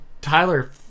Tyler